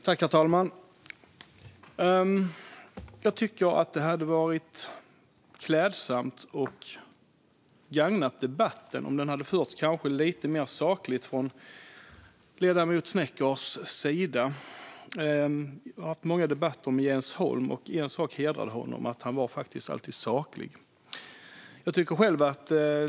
Herr talman! Det hade varit klädsamt och gagnat debatten om den förts lite mer sakligt från ledamoten Sneckers sida. Jag hade många debatter med Jens Holm, och det hedrade honom att han alltid var saklig.